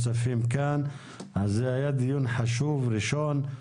זה היה דיון חשוב, ראשון.